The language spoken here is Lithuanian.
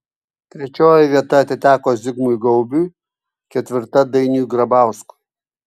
trečioji vieta atiteko zigmui gaubiui ketvirta dainiui grabauskui